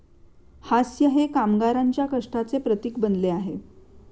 हास्य हे कामगारांच्या कष्टाचे प्रतीक बनले आहे